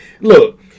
Look